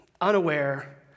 unaware